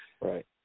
Right